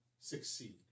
succeed